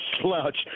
slouch